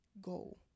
goal